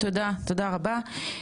תודה רבה.